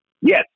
Yes